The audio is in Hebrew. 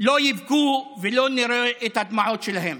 לא יבכו ולא נראה את הדמעות שלהן.